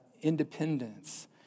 independence